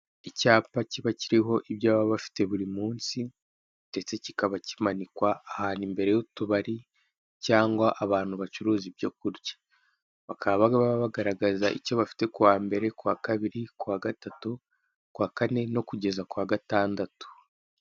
Icyapa kiba kiriho ibyo baba bafite buri munsi ndetse kikaba kimanikwa ahantu imbere y'utubari cyangwa abantu bacuruza ibyo kurya. Bakaba baba bagaragaza icyo bafite ku wa mbere, ku wa kabiri, ku wa gatatu, ku wa kane no kugeza ku wa gatandatu.